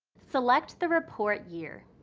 select the report year.